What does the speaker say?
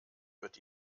wird